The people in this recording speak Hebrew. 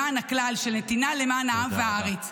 למען הכלל, של נתינה למען העם והארץ.